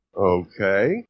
okay